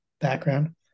background